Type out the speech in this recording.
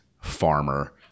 farmer